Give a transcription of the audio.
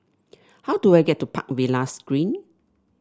how do I get to Park Villas Green